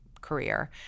career